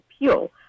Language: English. Appeal